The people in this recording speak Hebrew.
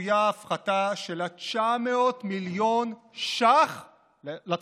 צפויה הפחתה של עד 900 מיליון ש"ח לצרכנים,